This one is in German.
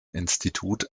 institut